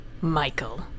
Michael